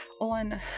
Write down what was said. on